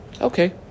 okay